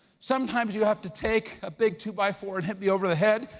sometimes you have to take a big two by four and hit me over the head.